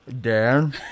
Dan